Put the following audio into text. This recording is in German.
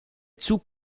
zug